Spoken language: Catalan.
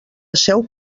asseu